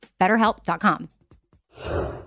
BetterHelp.com